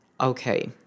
okay